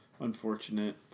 unfortunate